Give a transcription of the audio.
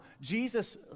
Jesus